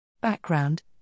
Background